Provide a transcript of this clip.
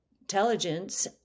intelligence